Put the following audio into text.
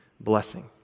blessing